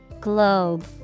Globe